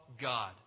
god